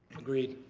agreed.